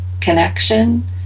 connection